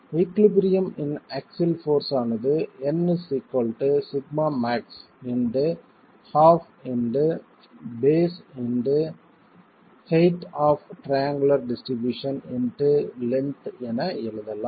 equilibrium இன் axial force ஆனது N σmax into half into base into height of triangular distribution into length என எழுதலாம்